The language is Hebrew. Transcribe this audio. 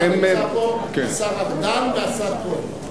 השר נאמן נמצא פה, השר ארדן והשר כהן.